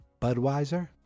Budweiser